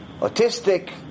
autistic